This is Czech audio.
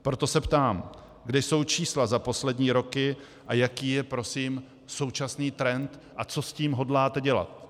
Proto se ptám: Kde jsou čísla za poslední roky a jaký je prosím současný trend a co s tím hodláte dělat?